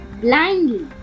blindly